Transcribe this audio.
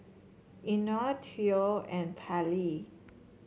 Eino Theo and Pallie